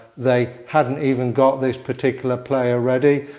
they hadn't even got this particular player ready.